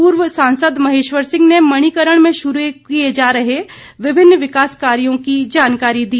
पूर्व सांसद महेश्वर सिंह ने मणिकर्ण में शुरू किए जा रहे विभिन्न विकास कार्यो की जानकारी दी